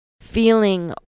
feeling